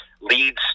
leads